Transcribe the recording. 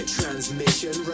Transmission